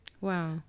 Wow